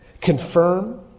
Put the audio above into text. confirm